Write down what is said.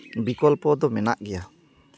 ᱵᱤᱠᱚᱞᱯᱚ ᱫᱚ ᱢᱮᱱᱟᱜ ᱜᱮᱭᱟ